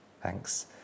Thanks